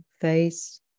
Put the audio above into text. face